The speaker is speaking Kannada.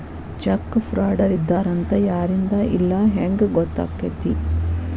ಚೆಕ್ ಫ್ರಾಡರಿದ್ದಾರ ಅಂತ ಯಾರಿಂದಾ ಇಲ್ಲಾ ಹೆಂಗ್ ಗೊತ್ತಕ್ಕೇತಿ?